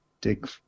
dig